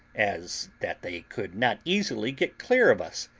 as that they could not easily get clear of us,